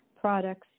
products